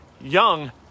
young